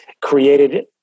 created